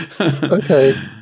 Okay